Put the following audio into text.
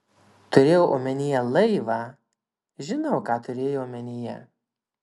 turėjau omenyje laivą žinau ką tu turėjai omenyje